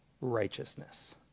righteousness